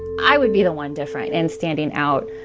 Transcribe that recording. i would be the one different and standing out,